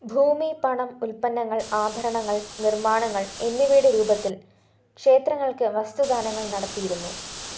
ഭൂമി പണം ഉൽപ്പന്നങ്ങൾ ആഭരണങ്ങൾ നിർമ്മാണങ്ങൾ എന്നിവയുടെ രൂപത്തിൽ ക്ഷേത്രങ്ങൾക്ക് വസ്തു ദാനങ്ങൾ നടത്തിയിരുന്നു